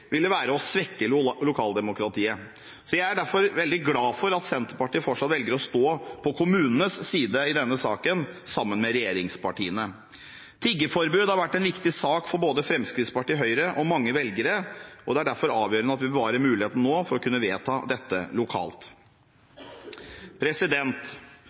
ville være å svekke lokaldemokratiet. Jeg er derfor veldig glad for at Senterpartiet fortsatt velger å stå på kommunenes side i denne saken, sammen med regjeringspartiene. Tiggeforbud har vært en viktig sak for både Fremskrittspartiet, Høyre og mange velgere, og det er derfor avgjørende at vi nå bevarer muligheten for å kunne vedta dette lokalt.